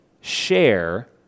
share